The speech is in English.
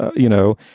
you know,